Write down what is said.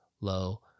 low